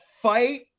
fight